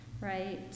right